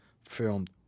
filmed